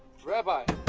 rabbi?